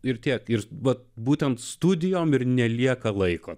ir tiek ir bet būtent studijom ir nelieka laiko